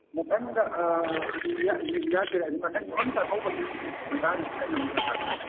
ꯃꯊꯪꯗ ꯌꯥꯖꯔꯦ ꯃꯊꯪ ꯅꯤꯉꯣꯜ ꯆꯥꯀꯧꯕꯒꯤ ꯃꯇꯥꯡꯗ ꯈꯤꯇꯪ ꯑꯃꯒ ꯇꯥꯛꯄꯤꯌꯨ